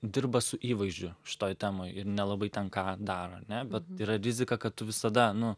dirba su įvaizdžiu šitoj temoj ir nelabai ten ką daro ane bet yra rizika kad tu visada nu